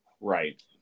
Right